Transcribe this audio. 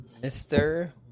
Mr